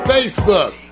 Facebook